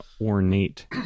ornate